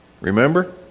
Remember